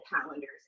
calendars